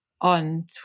on